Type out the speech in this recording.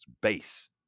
base